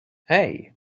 hey